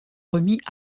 remit